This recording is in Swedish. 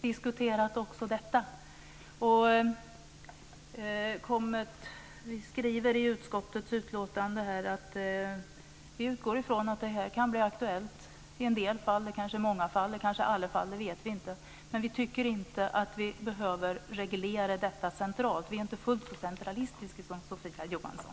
Herr talman! Vi har diskuterat också detta. Utskottet skriver i utlåtandet att vi utgår ifrån att det kan bli aktuellt i en del fall, kanske i många fall eller i alla fall. Det vet vi inte. Men vi tycker inte att vi behöver reglera detta centralt. Vi är inte fullt så centralistiska som Sofia Jonsson.